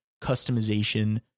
customization